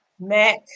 Mac